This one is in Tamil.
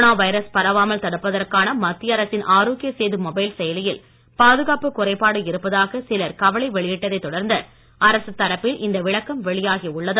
கொரோனா வைரஸ் பரவாமல் தடுப்பதற்கான மத்திய அரசின் ஆரோக்கிய சேது மொபைல் செயலியில் பாதுகாப்புக் குறைபாடு இருப்பதாக சிலர் கவலை வெளியிட்டதை தொடர்ந்து அரசுத் தரப்பில் இந்த விளக்கம் வெளியாகி உள்ளது